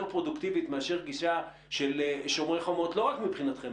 פרודוקטיבית מאשר גישה של שומרי חומות לא רק מבחינתכם,